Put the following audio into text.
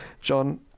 John